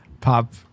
Pop